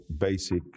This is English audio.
basic